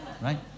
right